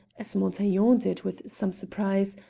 as montaiglon did with some surprise,